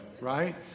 right